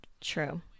True